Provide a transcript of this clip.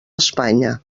espanya